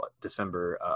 December